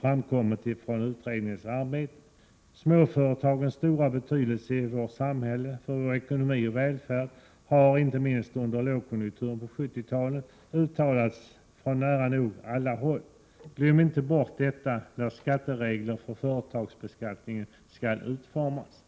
framkommit från utredningens arbete. Småföretagens stora betydelse i vårt samhälle och för vår ekonomi och välfärd har — inte minst under lågkonjunkturen på 70-talet — uttalats från nära nog alla håll. Glöm inte bort detta när skatteregler för företagsbeskattning skall utformas.